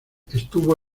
estuvo